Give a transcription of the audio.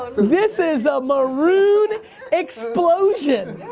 ah this is a maroon explosion.